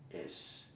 yes